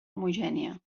homogènia